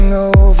over